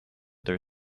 there